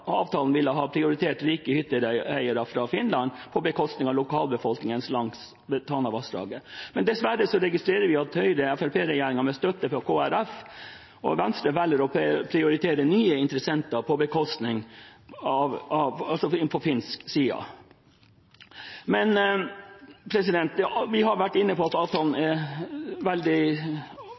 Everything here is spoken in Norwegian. avtalen ville ha prioritert rike hytteeiere fra Finland på bekostning av lokalbefolkningen langs Tanavassdraget. Men dessverre registrerer vi at Høyre–Fremskrittsparti-regjeringen med støtte fra Kristelig Folkeparti og Venstre velger å prioritere nye interessenter på finsk side. Vi har vært inne på at motstanden mot avtalen er veldig